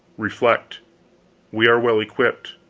reflect we are well equipped,